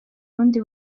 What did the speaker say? ubundi